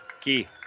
Key